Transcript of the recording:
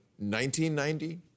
1990